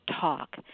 talk